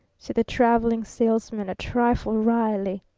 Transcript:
said the traveling salesman a trifle wryly.